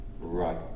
Right